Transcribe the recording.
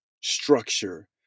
structure